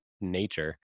nature